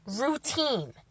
routine